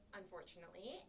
unfortunately